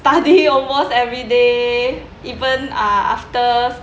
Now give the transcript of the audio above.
study almost everyday even uh after